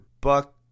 Buck